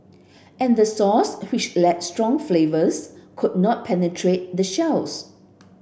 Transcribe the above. and the sauce which lacked strong flavours could not penetrate the shells